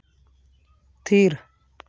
ᱛᱷᱤᱨ